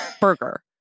burger